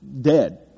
dead